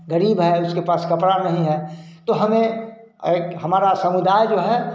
गरीब है उसके पास कपड़ा नहीं है तो हमें एक हमारा समुदाय जो है